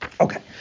Okay